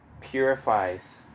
purifies